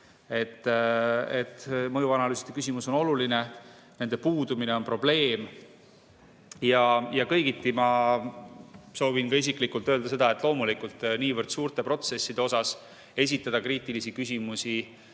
Mõjuanalüüside küsimus on oluline, nende puudumine on probleem. Ja ma soovin ka isiklikult öelda seda, et loomulikult on niivõrd suurte protsesside puhul oluline esitada kriitilisi küsimusi,